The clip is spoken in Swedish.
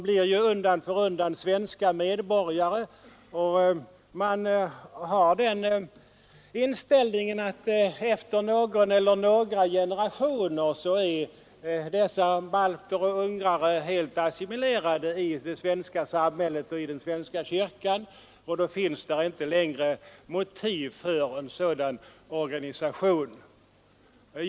Dessa människor har till största delen blivit svenska medborgare, och man har inom invandrarkyrkorna den inställningen att de invandrade balterna och ungrarna efter någon eller några generationer är helt assimilerade i det svenska samhället och i den svenska kyrkan och att det då inte längre finns motiv för sådana organisationer som deras egna invandrarkyrkor utgör.